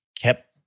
kept